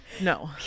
No